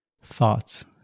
thoughts